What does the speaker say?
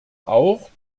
auch